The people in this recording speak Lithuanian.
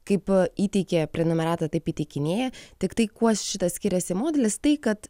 kaip įteikė prenumeratą taip įtikinėja tiktai kuo šitas skiriasi modelis tai kad